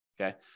okay